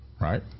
right